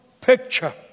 picture